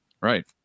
Right